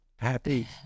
Happy